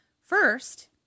First